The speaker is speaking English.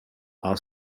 are